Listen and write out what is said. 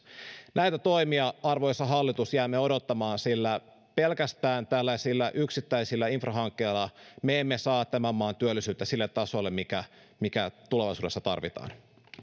näitä toimia arvoisa hallitus jäämme odottamaan sillä pelkästään tällaisilla yksittäisillä infrahankkeilla me emme saa tämän maan työllisyyttä sille tasolle mikä mikä tulevaisuudessa tarvitaan ja